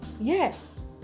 yes